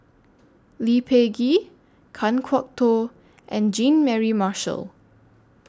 Lee Peh Gee Kan Kwok Toh and Jean Mary Marshall